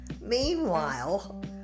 Meanwhile